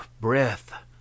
breath